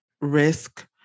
risk